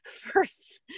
First